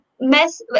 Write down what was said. mess